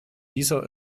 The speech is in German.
dieser